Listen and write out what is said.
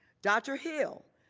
dr. hill,